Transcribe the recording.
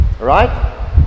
Right